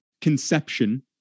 conception